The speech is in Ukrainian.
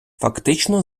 фактично